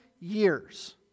years